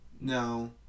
No